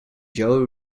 joey